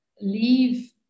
leave